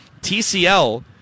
TCL